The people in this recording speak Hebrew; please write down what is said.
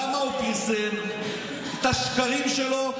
למה הוא פרסם את השקרים שלו,